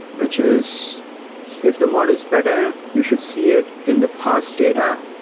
which is if the model is better, you should see it in the past data.